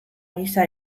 gisa